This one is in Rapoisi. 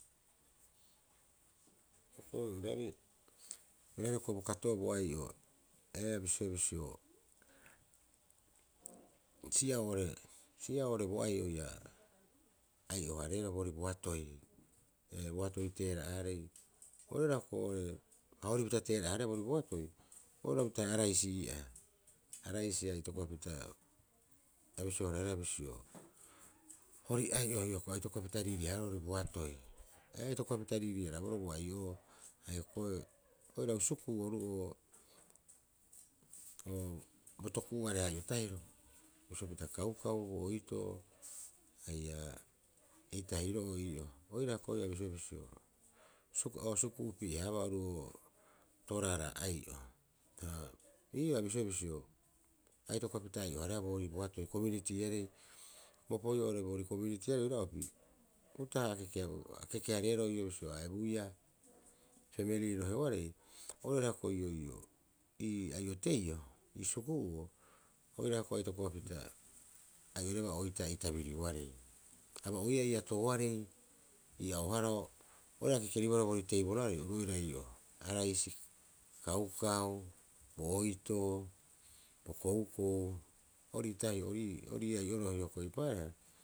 Hioko'i oiraarei- oiraarei hioko'i bokato'oo bo ai'o ee, bisio- bisio si'ao oore- si'ao oore bo ai'o ia ai'o haaribaa boori boatoi, ee, boatoi teera'aarei oira ko'ee a horipita teera'aribaa boori boatoi oira uta araisi ii'aa, araisi a i tokopapita a bisio harea bisio, hori ai'o hioko'i a itokopapita riirii- haaribaa boatoi. Ee, a itokopapita riirii- haraa- boroo o aio'oo hioko'i oirau suku'u oru'oo oo bo toku'uareha ai'o tahiro, bisio pita kaukau bo oitoo haia eitahiro'oo ii'oo. Oira hioko'i abisioea bisio suku a o suku'upi'e haabaa oru oo, tooraaraa aii'o ha ii'aa a bisioea bisio a itokopapita ai'o haarebaa boori boatoi komiunitiiarei roira'opi uta'aha a kekeabo a keke hareeroo ii'oo bisio a ebuiia peemeli roheoarei oira hioko'i ii ai'o teioo ii suku'uo, oira hioko'i a itokopapita ai'orebaa itaa ii tabirioarei. Aba'uiaa iiatooarei iia'ooharao o akeeribohara teiboroarei oru oira ii'oo araisi kaukau bo oitoo boori'i bo koukou ori'ii tahio ori'ii ai'oro hioko'i eipaareha.